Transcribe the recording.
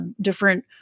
different